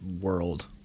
world